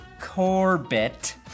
Corbett